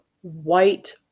white